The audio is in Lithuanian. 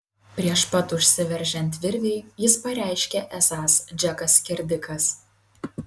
prieš pat užsiveržiant virvei jis pareiškė esąs džekas skerdikas